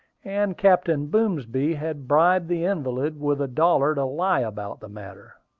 and captain boomsby had bribed the invalid with a dollar to lie about the matter.